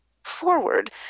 forward